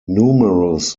numerous